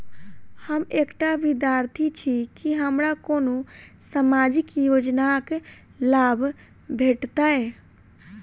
हम एकटा विद्यार्थी छी, की हमरा कोनो सामाजिक योजनाक लाभ भेटतय?